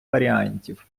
варіантів